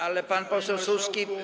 Ale pan poseł Suski.